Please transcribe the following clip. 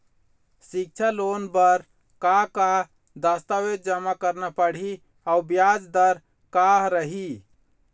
सिक्छा लोन बार का का दस्तावेज जमा करना पढ़ही अउ ब्याज दर का रही?